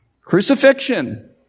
Crucifixion